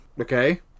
Okay